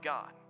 God